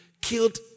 killed